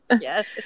yes